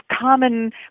common